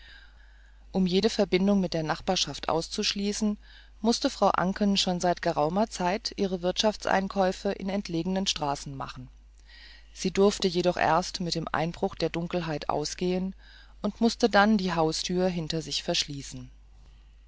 um jede verbindung mit der nachbarschaft auszuschließen mußte frau anken schon seit geraumer zeit ihre wirtschaftseinkäufe in entlegenen straßen machen sie durfte jedoch erst mit dem eintritt der dunkelheit ausgehen und mußte dann die haustür hinter sich verschließen